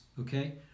okay